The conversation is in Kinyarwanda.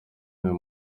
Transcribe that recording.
ayo